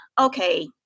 okay